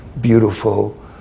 beautiful